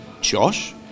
Josh